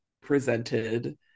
presented